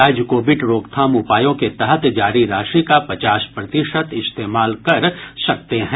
राज्य कोविड रोकथाम उपायों के तहत जारी राशि का पचास प्रतिशत इस्तेमाल कर सकते हैं